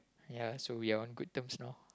ya so we are on good terms now